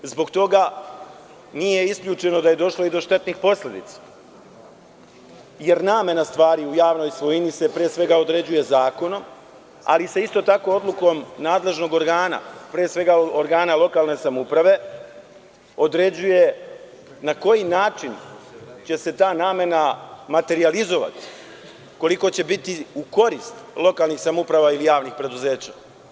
Zbog toga nije isključeno da je došlo i do štetnih posledica jer namena stvari u javnoj svojini se pre svega određuje zakonom, ali se isto tako odlukom nadležnog organa, pre svega organom lokalne samouprave određuje na koji način će se ta namena materijalizovati, koliko će biti u korist lokalnih samouprava ili javnih preduzeća.